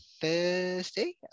Thursday